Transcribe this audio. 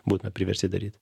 būtų priversti daryti